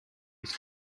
ich